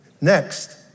Next